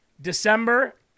December